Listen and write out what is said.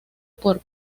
por